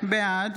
בעד